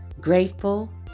Grateful